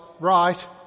right